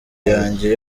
yanjye